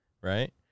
right